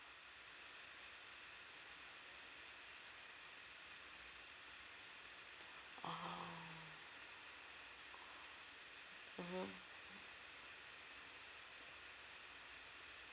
oh mmhmm